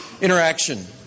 interaction